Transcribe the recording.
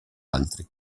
altri